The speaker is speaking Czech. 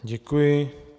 Děkuji.